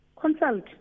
Consult